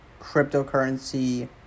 cryptocurrency